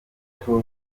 gito